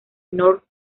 north